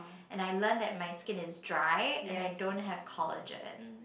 and I learn that my skin is dry and I don't have collagen